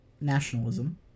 nationalism